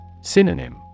Synonym